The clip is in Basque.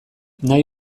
nahi